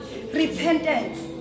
repentance